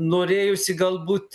norėjosi galbūt